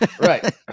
right